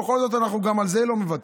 בכל זאת גם על זה אנחנו לא מוותרים.